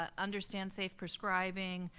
ah understand safe prescribing,